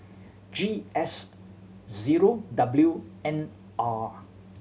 G S zero W N R